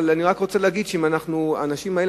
אבל אני רק רוצה להגיד שהאנשים האלה,